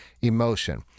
emotion